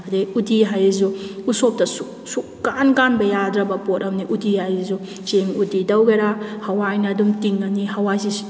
ꯑꯗꯨꯗꯩ ꯎꯠꯇꯤ ꯍꯥꯏꯔꯤꯁꯤꯁꯨ ꯎꯁꯣꯞꯇ ꯁꯨꯛ ꯀꯥꯟ ꯀꯥꯟꯕ ꯌꯥꯗ꯭ꯔꯕ ꯄꯣꯠ ꯑꯃꯅꯤ ꯎꯠꯇꯤ ꯍꯥꯏꯔꯤꯁꯤꯁꯨ ꯆꯦꯡ ꯎꯠꯇꯤ ꯇꯧꯒꯦꯔ ꯍꯋꯥꯏꯅ ꯑꯗꯨꯝ ꯇꯤꯡꯉꯅꯤ ꯍꯥꯋꯥꯏꯁꯦ